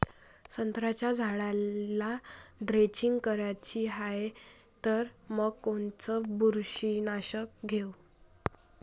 संत्र्याच्या झाडाला द्रेंचींग करायची हाये तर मग कोनच बुरशीनाशक घेऊ?